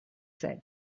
said